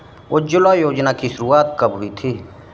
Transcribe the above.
उज्ज्वला योजना की शुरुआत कब हुई थी?